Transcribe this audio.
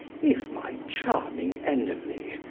if my charming enemy,